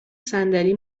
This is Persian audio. صندلی